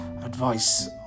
advice